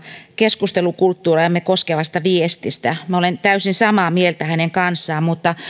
keskustelukulttuuriamme koskevasta viestistä minä olen täysin samaa mieltä hänen kanssaan mutta